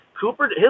Cooper